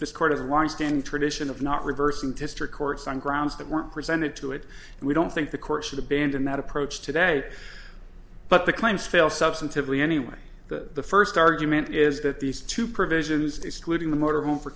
standing tradition of not reversing district courts on grounds that weren't presented to it and we don't think the courts or the band in that approach today but the claims fail substantively anyway the first argument is that these two provisions excluding the motorhome for